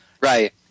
right